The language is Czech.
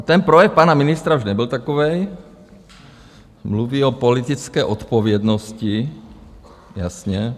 Ten projev pana ministra už nebyl takový, mluví o politické odpovědnosti, jasně.